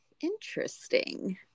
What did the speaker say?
Interesting